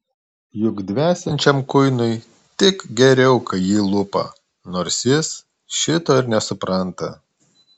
juk dvesiančiam kuinui tik geriau kai jį lupa nors jis šito ir nesupranta